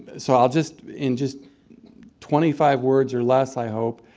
so i'll just in just twenty five words or less, i hope,